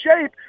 shape